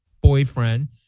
boyfriend